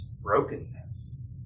brokenness